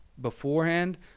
beforehand